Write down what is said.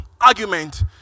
argument